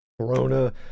corona